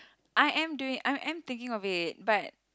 I am doing I am thinking of it but